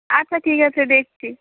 আচ্ছা ঠিক আছে দেখছি